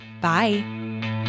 Bye